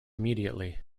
immediately